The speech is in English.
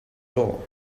all